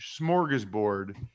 smorgasbord